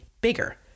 bigger